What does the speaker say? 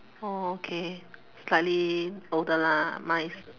oh okay slightly older lah mine is